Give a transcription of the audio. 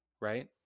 right